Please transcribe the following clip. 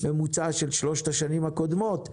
ממוצע של שלוש השנים הקודמות,